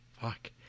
Fuck